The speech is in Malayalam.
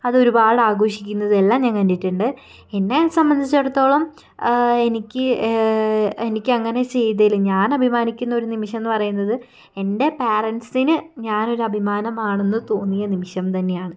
അത് ഒരുപാട് ആഘോഷിക്കുന്നത് എല്ലാം ഞാൻ കണ്ടിട്ടുണ്ട് എന്നെ സംബന്ധിച്ചിടത്തോളം എനിക്ക് എനിക്ക് അങ്ങനെ ചെയ്തതിൽ ഞാൻ അഭിമാനിക്കുന്ന ഒരു നിമിഷം എന്ന് പറയുന്നത് എൻ്റെ പാരൻസിന് ഞാനൊരു അഭിമാനമാണെന്ന് തോന്നിയ നിമിഷം തന്നെയാണ്